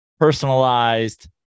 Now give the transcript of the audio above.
personalized